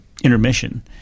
Intermission